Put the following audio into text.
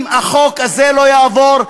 אם החוק הזה לא יעבור,